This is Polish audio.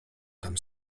tam